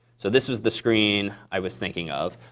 so this is the screen i was thinking of.